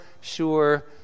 sure